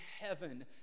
heaven